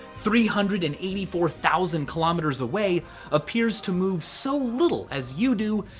three hundred and eighty four thousand kilometers away appears to move so little as you do,